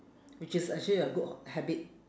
which is actually a good habit